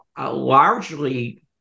largely